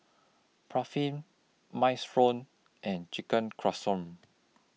Barfi Minestrone and Chicken Casserole